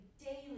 daily